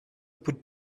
put